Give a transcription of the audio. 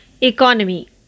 economy